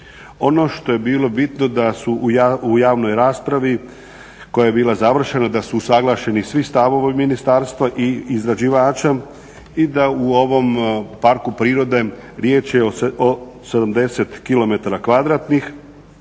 Ono što je bilo bitno da su u javnoj raspravi koja je bila završena da su usuglašeni svi stavovi ministarstva i izrađivača i da u ovom parku prirode riječ je o 70